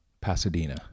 Pasadena